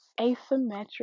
asymmetric